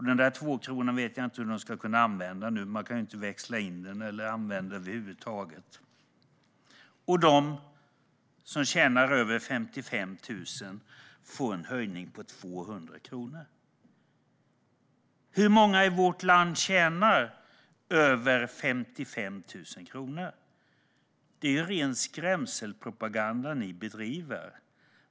Den där tvåkronan vet jag inte hur de ska kunna använda ens, för man kan inte växla in den eller använda den över huvud taget. De som tjänar över 55 000 kronor får en höjning på 200 kronor. Hur många i vårt land tjänar över 55 000 kronor? Det är ren skrämselpropaganda ni bedriver.